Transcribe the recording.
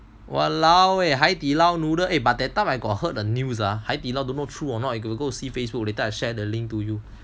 !walao! eh 海底捞 noodle eh but that time I got heard the news ah 海底捞 don't know true or not you got see Facebook later I share the link to you